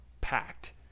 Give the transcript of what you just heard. packed